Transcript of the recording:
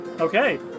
Okay